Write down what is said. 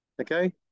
okay